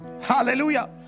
hallelujah